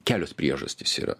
kelios priežastys yra